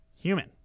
Human